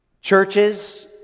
churches